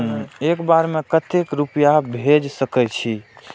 एक बार में केते रूपया भेज सके छी?